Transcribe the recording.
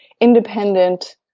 independent